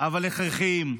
אבל הכרחיים,